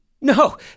No